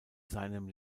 seinem